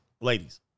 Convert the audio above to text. ladies